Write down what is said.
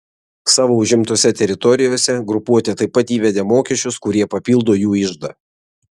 savo užimtose teritorijose grupuotė taip pat įvedė mokesčius kurie papildo jų iždą